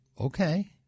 okay